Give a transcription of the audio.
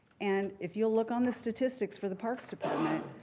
and if you'll look on the statistics for the parks department,